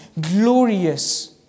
glorious